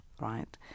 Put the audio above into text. right